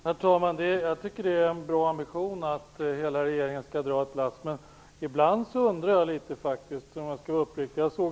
Herr talman! Jag tycker att det är en bra ambition att hela regeringen skall dra lasset. Men ibland undrar jag litet, om jag skall vara uppriktig.